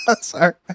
Sorry